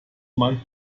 man